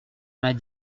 vingt